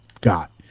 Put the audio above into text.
got